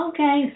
Okay